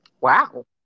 Wow